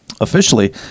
Officially